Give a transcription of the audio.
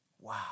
wow